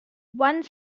one